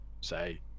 Say